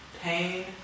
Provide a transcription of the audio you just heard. pain